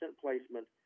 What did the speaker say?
placement